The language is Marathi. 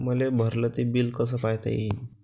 मले भरल ते बिल कस पायता येईन?